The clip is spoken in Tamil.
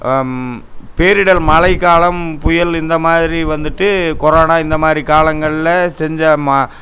பேரிடர் மழைக்காலம் புயல் இந்தமாதிரி வந்துவிட்டு கொரோனா இந்தமாதிரி காலங்களில் செஞ்சால் ம